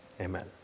amen